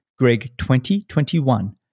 GREG2021